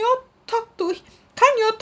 all talk to hi~ can't you all talk